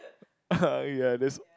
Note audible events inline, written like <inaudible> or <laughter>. <laughs> ya that's